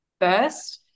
first